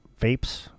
vapes